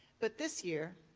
but this year,